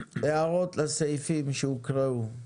הערות לסעיפים שהוקראו?